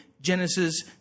Genesis